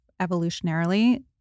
evolutionarily